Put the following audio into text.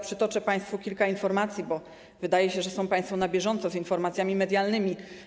Przytoczę teraz państwu kilka informacji, bo wydaje się, że państwo są na bieżąco z informacjami medialnymi.